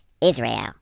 Israel